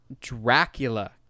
Dracula